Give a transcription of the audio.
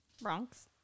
Bronx